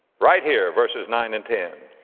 right here, verses nine and ten,